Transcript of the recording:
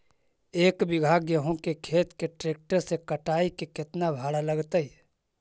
एक बिघा गेहूं के खेत के ट्रैक्टर से कटाई के केतना भाड़ा लगतै?